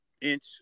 inch